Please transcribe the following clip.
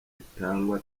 itangwa